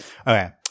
Okay